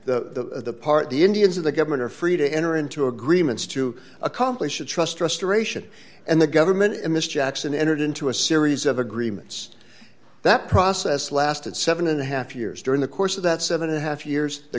know the part the indians of the government are free to enter into agreements to accomplish a trust restoration and the government in this jackson entered into a series of agreements that process lasted seven and a half years during the course of that seven and a half years the